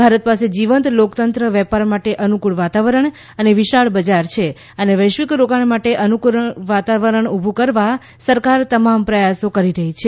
ભારત પાસે જીવંત લોકતંત્ર વેપાર માટે અનુકુળ વાતાવરણ વિશાળ બજાર છે અને વૈશ્વિક રોકાણ માટે અનુકુળ વાતાવરણ ઉભુ કરવા સરકાર તમામ પ્રયાસો કરી રહી છે